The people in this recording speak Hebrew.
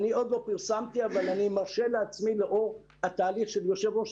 אני עוד לא פרסמתי אבל אני מרשה לעצמי לומר לאור התהליך של יושב ראש